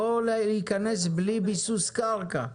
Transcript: לא להיכנס בלי ביסוס קרקע.